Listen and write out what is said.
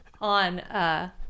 on